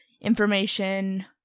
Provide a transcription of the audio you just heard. information